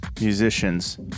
musicians